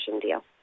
deal